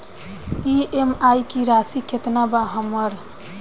EMI की राशि केतना बा हमर?